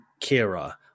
kira